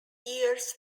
years